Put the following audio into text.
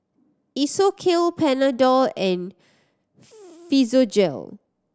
Isocal Panadol and Physiogel